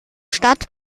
stadt